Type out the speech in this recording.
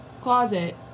closet